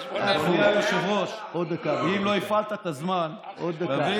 אדוני, עוד דקה, בבקשה.